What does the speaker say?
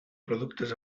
productes